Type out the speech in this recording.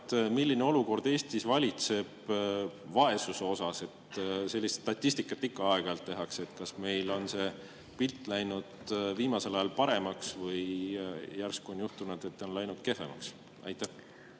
milline olukord Eestis valitseb vaesusega? Sellist statistikat ikka aeg-ajalt tehakse. Kas meil on pilt läinud viimasel ajal paremaks või järsku on juhtunud, et see on läinud kehvemaks? Tänan,